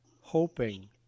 hoping